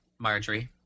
Marjorie